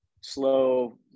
slow